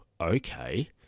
okay